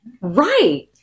Right